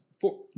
Four